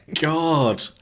God